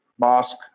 mask